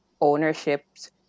ownership's